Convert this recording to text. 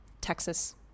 Texas